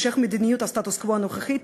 המשך מדיניות הסטטוס קוו הנוכחית,